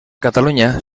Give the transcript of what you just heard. catalunya